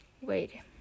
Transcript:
Wait